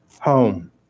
home